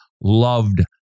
loved